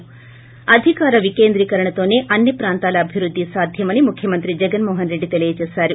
ి అధికార వికేందీకరణతోనే అన్ని పాంతాలప అభివృద్ధి సాధ్యమని ముఖ్యమంగతి జగన్మోహన్ రెడ్డి చెప్పారు